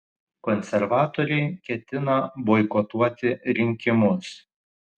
konservatoriai ketina boikotuoti rinkimus